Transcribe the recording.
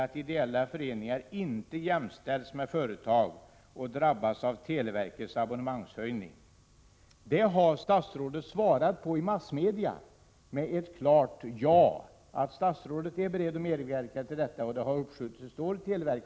Det har statsrådet svarat på i massmedia med ett klart ja, dvs. — 16 februari 1988 att statsrådet är beredd att medverka till detta. Televerket har dragit tillbaka Zz i Om avgifterna för tele höjningen — den har uppskjutits ett år.